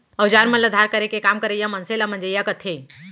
अउजार मन ल धार करे के काम करइया मनसे ल मंजइया कथें